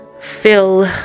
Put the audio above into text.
fill